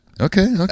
Okay